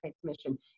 transmission